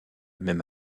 même